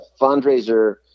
fundraiser